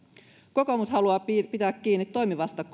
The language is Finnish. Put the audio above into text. kokoomus haluaa pitää kiinni toimivasta